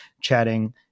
chatting